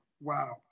wow